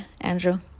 andrew